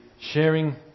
sharing